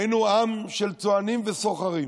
היינו עם של צוענים וסוחרים,